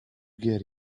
get